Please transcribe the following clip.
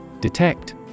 Detect